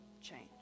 change